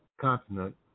continent